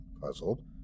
puzzled